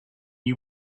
you